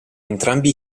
entrambi